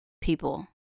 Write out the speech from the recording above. people